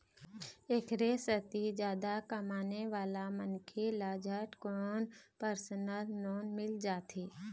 एखरे सेती जादा कमाने वाला मनखे ल झटकुन परसनल लोन मिल जाथे